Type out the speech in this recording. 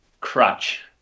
crutch